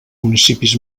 municipis